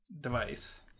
device